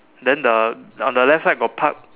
then the on the left side got Park